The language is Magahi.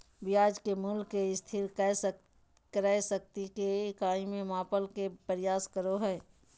ब्याज के मूल्य के स्थिर क्रय शक्ति के इकाई में मापय के प्रयास करो हइ